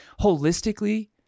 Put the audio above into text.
holistically